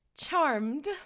charmed